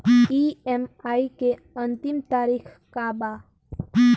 EMI के अंतिम तारीख का बा?